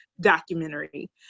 documentary